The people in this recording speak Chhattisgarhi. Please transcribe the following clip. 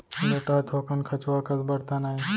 लोटा ह थोकन खंचवा कस बरतन आय